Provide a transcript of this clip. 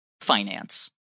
finance